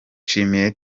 cyane